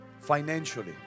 financially